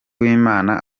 w’imana